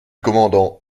commandant